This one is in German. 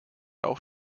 auch